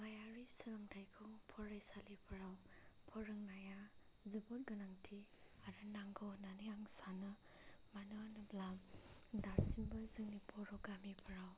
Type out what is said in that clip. हाबायारि सोलोंथायखौ फरायसालिफोराव फोरोंनाया जोबोर गोनांथि आरो नांगौ होननानै आं सानो मानो होनोब्ला दासिमबो जोंनि बर' गामिफोराव